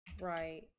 Right